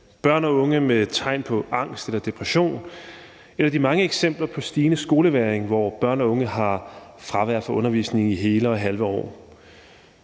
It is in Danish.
børn og unge med tegn på angst eller depression eller de mange eksempler på stigende skolevægring, hvor børn og unge har fravær fra undervisningen i hele og halve år.